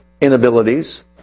inabilities